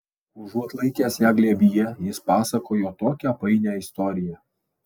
užuot laikęs ją glėbyje jis pasakojo tokią painią istoriją